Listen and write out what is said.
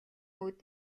үүд